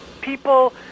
people